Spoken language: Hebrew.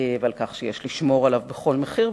ועל כך שיש לשמור עליו בכל מחיר,